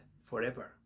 forever